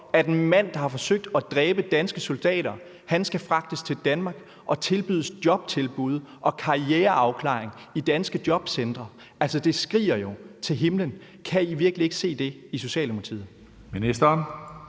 at en mand, der har forsøgt at dræbe danske soldater, skal fragtes til Danmark og tilbydes jobtilbud og karriereafklaring i danske jobcentre. Altså, det skriger jo til himlen. Kan I virkelig ikke se det i Socialdemokratiet?